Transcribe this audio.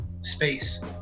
space